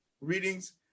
readings